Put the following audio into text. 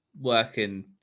working